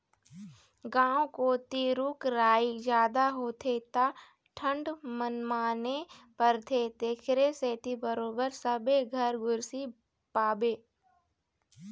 गाँव कोती रूख राई जादा होथे त ठंड मनमाने परथे तेखरे सेती बरोबर सबे घर गोरसी पाबे